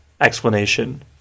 Explanation